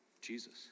Jesus